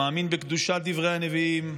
מאמין בקדושת דברי הנביאים,